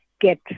get